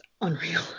unreal